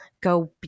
go